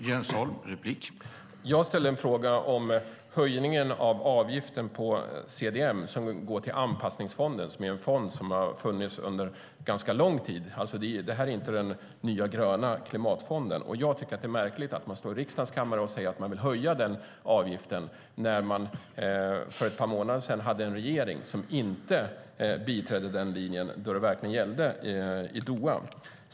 Herr talman! Jag ställde en fråga om höjningen av avgiften på CDM som går till anpassningsfonden, som är en fond som har funnits under ganska lång tid. Det är alltså inte den nya gröna klimatfonden. Jag tycker att det är märkligt att man står i riksdagens kammare och säger att man vill höja den avgiften när man för ett par månader sedan hade en regering som inte biträdde den linjen då det verkligen gällde i Doha.